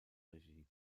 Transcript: regie